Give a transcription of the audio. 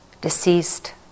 deceased